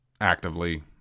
actively